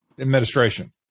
administration